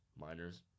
miners